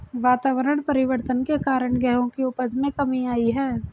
वातावरण परिवर्तन के कारण गेहूं की उपज में कमी आई है